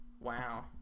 wow